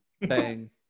Bang